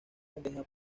compleja